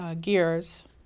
gears